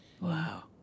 Wow